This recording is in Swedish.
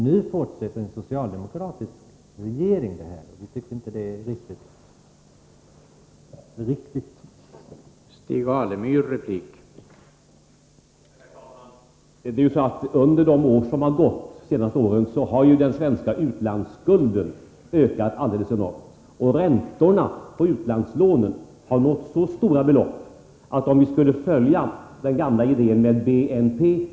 Nu fortsätter en socialdemokratisk regering med det, och vi tycker inte att det är riktigt riktigt.